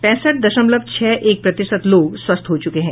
पैंसठ दशमलव छह एक प्रतिशत लोग स्वस्थ हो चुके हैं